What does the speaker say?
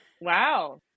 wow